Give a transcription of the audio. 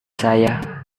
saya